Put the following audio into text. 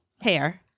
Hair